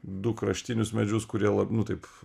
du kraštinius medžius kurie la nu taip